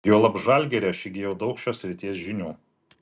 juolab žalgiryje aš įgijau daug šios srities žinių